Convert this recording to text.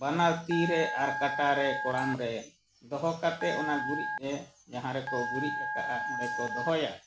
ᱵᱟᱱᱟᱨ ᱛᱤᱨᱮ ᱟᱨ ᱠᱟᱴᱟ ᱨᱮ ᱠᱚᱲᱟᱢ ᱨᱮ ᱫᱚᱦᱚ ᱠᱟᱛᱮᱫ ᱚᱱᱟ ᱜᱩᱨᱤᱡ ᱨᱮ ᱡᱟᱦᱟᱸ ᱨᱮᱠᱚ ᱜᱩᱨᱤᱡ ᱟᱠᱟᱜᱼᱟ ᱚᱸᱰᱮ ᱠᱚ ᱫᱚᱦᱚᱭᱟ